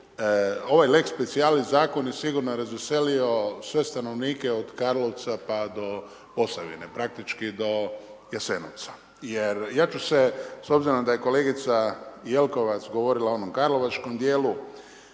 ovaj lex specijlis zakon je sigurno razveselio sve stanovnike ovog Karlovca pa do Posavine, praktički do Jasenovca. Jer ja ću se s obzirom da je kolegica Jelkovac govorila o onom karlovačkom dijelu,